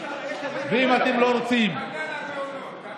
אם אתם לא רוצים, רק על המעונות, רק